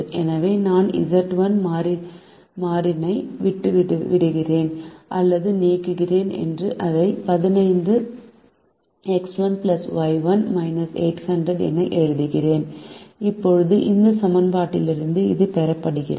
எனவே நான் Z1 மாறினை விட்டுவிடுகிறேன் அல்லது நீக்குகிறேன் மற்றும் அதை 15 X1 Y1 800 என்று எழுதுகிறேன் இப்போது இந்த சமன்பாட்டிலிருந்து இது பெறப்படுகிறது